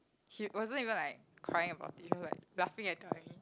she wasn't even like crying about it she was like laughing and telling me